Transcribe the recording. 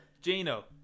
Gino